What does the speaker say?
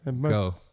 go